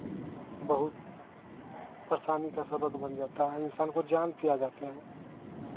बहुत परेशानी का सबक बन जाता है इंसान को जान पे आ जाते हैं